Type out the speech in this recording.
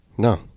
No